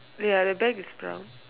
ya the bag is brown